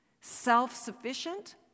self-sufficient